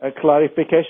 clarification